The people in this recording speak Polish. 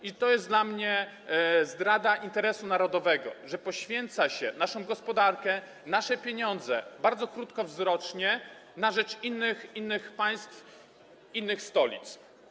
I to jest dla mnie zdrada interesu narodowego, że poświęca się naszą gospodarkę, nasze pieniądze - bardzo krótkowzrocznie - na rzecz innych państw, innych stolic.